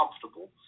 comfortable